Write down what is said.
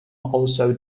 also